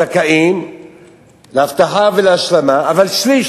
זכאים להבטחה ולהשלמה, אבל שליש.